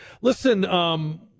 Listen